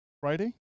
Friday